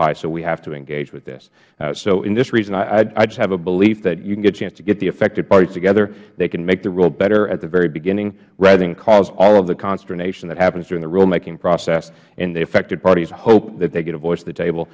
high so we have to engage with this so in this reason i just have a belief that if you can get a chance to get the affected parties together they can make the rule better at the very beginning rather than cause all of the consternation that happens during the rule making process and the affected parties hope that they get a voice at the table